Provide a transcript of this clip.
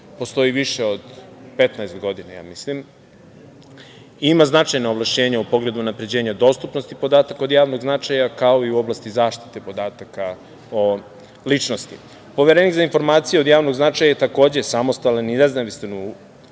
postoji više od 15 godina, ja mislim. Ima značajna ovlašćenja u pogledu unapređenja dostupnosti podataka od javnog značaja, kao i u oblasti zaštite podataka o ličnosti. Poverenik za informacije od javnog značaja je takođe samostalan i nezavistan